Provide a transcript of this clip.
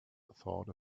thought